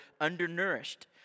undernourished